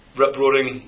rip-roaring